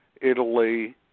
Italy